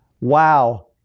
wow